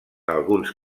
alguns